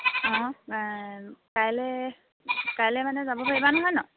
অঁ কাইলৈ কাইলৈ মানে যাব পাৰিবা নহয় নহ্